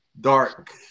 Dark